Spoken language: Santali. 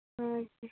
ᱦᱳᱭ ᱛᱚ